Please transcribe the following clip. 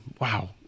Wow